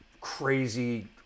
crazy